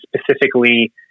specifically